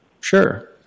Sure